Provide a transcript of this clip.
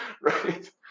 right